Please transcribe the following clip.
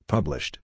Published